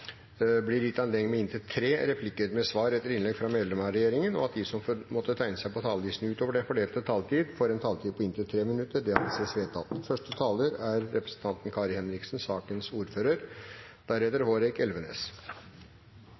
og at de som måtte tegne seg på talerlisten utover den fordelte taletid, får en taletid på inntil 3 minutter. – Det anses vedtatt. Første taler er representanten Anders B. Werp, for sakens ordfører.